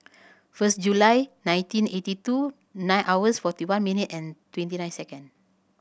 first July nineteen eighty two nine hours forty one minute and twenty nine second